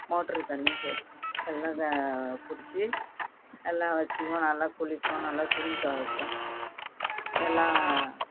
motor தண்ணியும் சரி எல்லாம் பிடிச்சி எல்லாம் வச்சிக்குவோம் நல்லா குளிப்போம் நல்லா துணி துவைப்போம் எல்லாம்